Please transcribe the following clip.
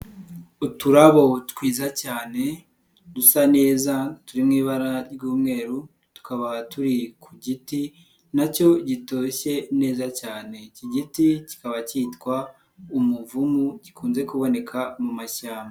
Uturabo twiza cyane dusa neza turi mu ibara ry'umweru tukaba turi ku giti nacyo gitoshye neza cyane, iki giti kikaba cyitwa umuvumu gikunze kuboneka mu mashyamba.